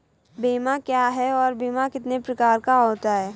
बीमा क्या है और बीमा कितने प्रकार का होता है?